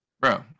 Bro